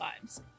times